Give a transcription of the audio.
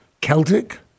Celtic